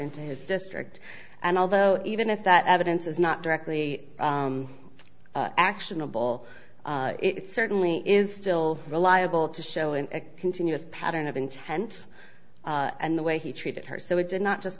into his district and although even if that evidence is not directly actionable it certainly is still reliable to show in a continuous pattern of intent and the way he treated her so it did not just